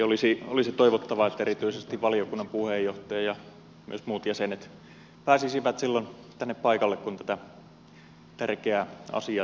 olisi toivottavaa että erityisesti valiokunnan puheenjohtaja ja myös muut jäsenet pääsisivät silloin tänne paikalle kun tätä tärkeää asiaa täällä käsitellään